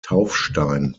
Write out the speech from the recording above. taufstein